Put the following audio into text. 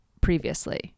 previously